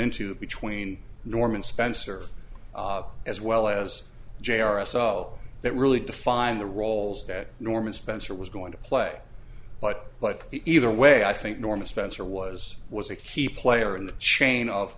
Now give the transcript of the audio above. into between norman spencer as well as j r s l that really define the roles that norman spencer was going to play but but either way i think norma spencer was was a key player in the chain of